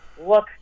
look